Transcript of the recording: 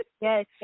Yes